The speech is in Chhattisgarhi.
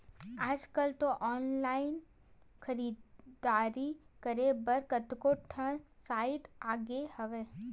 आजकल तो ऑनलाइन खरीदारी करे बर कतको ठन साइट आगे हवय